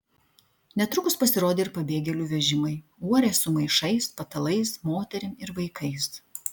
netrukus pasirodė ir pabėgėlių vežimai uorės su maišais patalais moterim ir vaikais